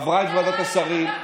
עברה את ועדת השרים,